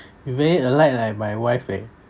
you very alike like my wife eh